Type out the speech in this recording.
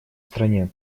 стране